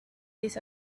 this